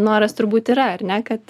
noras turbūt yra ar ne kad